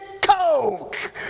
Coke